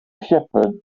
shepherd